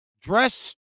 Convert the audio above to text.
dress